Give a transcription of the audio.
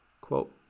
Quote